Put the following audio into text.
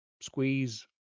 squeeze